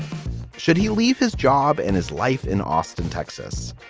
should he leave his job and his life in austin, texas,